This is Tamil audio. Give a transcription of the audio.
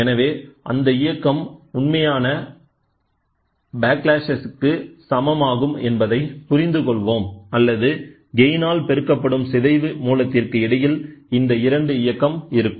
எனவேஅந்த இயக்கம் உண்மையான ப்ளாக்ளாஷ் க்கு சமமாகும் என்பதை புரிந்து கொள்வோம் அல்லது கெயின் ஆல் பெருக்கப்படும் சிதைவு மூலத்திற்கு இடையில் இந்த இரண்டு இயக்கம் இருக்கும்